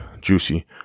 juicy